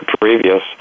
previous